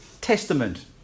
Testament